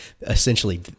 essentially